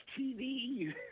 TV